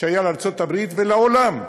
שהיה לארצות-הברית ולעולם,